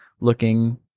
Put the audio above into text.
looking